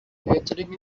majoring